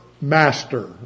master